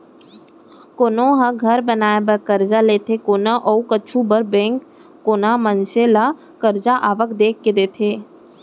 कोनो ह घर बनाए बर करजा लेथे कोनो अउ कुछु बर बेंक कोनो मनसे ल करजा आवक देख के देथे